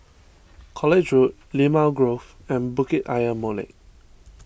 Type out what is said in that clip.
College Road Limau Grove and Bukit Ayer Molek